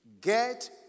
Get